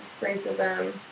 racism